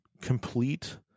complete